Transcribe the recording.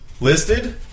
listed